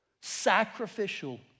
sacrificial